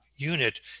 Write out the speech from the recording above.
unit